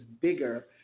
bigger